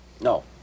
No